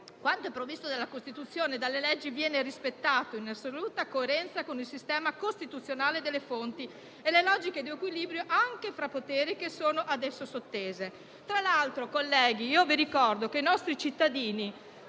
Quanto è previsto dalla Costituzione e dalle leggi viene rispettato in assoluta coerenza con il sistema costituzionale delle fonti e le logiche di equilibrio fra poteri che ad esso sono sottese. Tra l'altro, colleghi, vi ricordo che non tutti i nostri cittadini